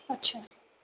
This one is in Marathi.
अच्छा